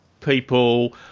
people